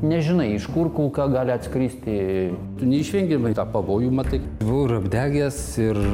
nežinai iš kur kulka gali atskristi neišvengiamai tą pavojų matai buvau apdegęs ir